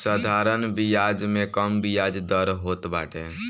साधारण बियाज में कम बियाज दर होत बाटे